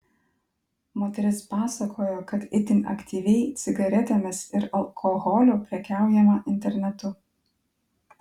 moteris pasakojo kad itin aktyviai cigaretėmis ir alkoholiu prekiaujama internetu